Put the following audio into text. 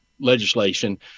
legislation